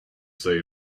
say